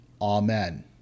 Amen